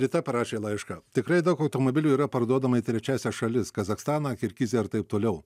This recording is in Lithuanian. rita parašė laišką tikrai daug automobilių yra parduodama į trečiąsias šalis kazachstaną kirgiziją ir taip toliau